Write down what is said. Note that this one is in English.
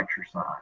exercise